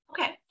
Okay